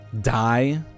die